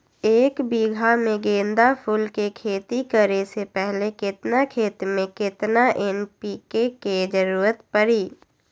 एक बीघा में गेंदा फूल के खेती करे से पहले केतना खेत में केतना एन.पी.के के जरूरत परी?